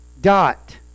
dot